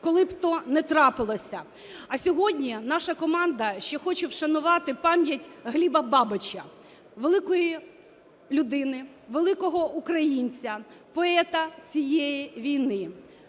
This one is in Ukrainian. коли б то не трапилося. А сьогодні наша команда ще хоче вшанувати пам'ять Гліба Бабіча, великої людини, великого українця, поета цієї війни: